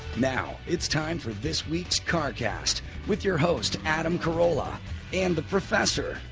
now, it's time for this week's carcast with your host adam carolla and the professor,